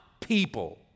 people